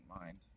mind